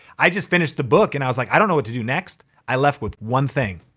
i just finished the book and i was like, i don't know what to do next. i left with one thing,